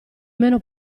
meno